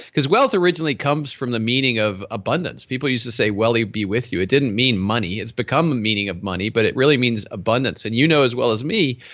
because wealth originally comes from the meaning of abundance people used to say, wealthy be with you. it didn't mean money. it's become meaning of money but it really means abundance and you know as well as me,